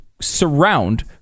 surround